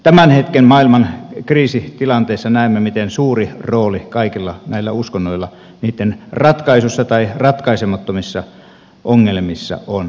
tämän hetken maailman kriisitilanteissa näemme miten suuri rooli kaikilla näillä uskonnoilla kriisien ratkaisussa tai ratkaisemattomissa ongelmissa on